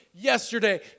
Yesterday